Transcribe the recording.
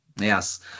Yes